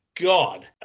God